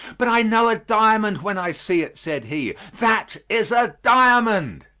but i know a diamond when i see it, said he that is a diamond!